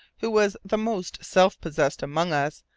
who was the most self-possessed among us,